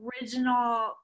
original